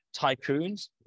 tycoons